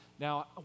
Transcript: Now